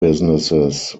businesses